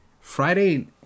Friday